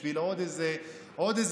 בשביל עוד איזה אמירה,